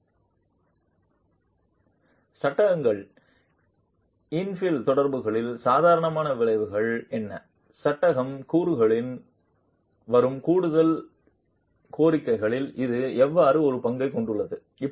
பார்க்கவும் ஸ்லைடு நேரம் 24 05 சட்டகங்கள் இன்ஃபில் தொடர்புகளின் சாதாரண விளைவுகள் என்ன சட்டகம் கூறுகளில் வரும் கூடுதல் கோரிக்கைகளில் இது எவ்வாறு ஒரு பங்கைக் கொண்டுள்ளது